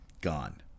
gone